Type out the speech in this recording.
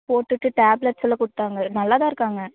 போட்டுட்டு டேப்லெட்ஸ்செல்லாம் கொடுத்தாங்க நல்லா தான் இருக்காங்க